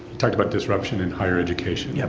talked about disruption in higher education. yeah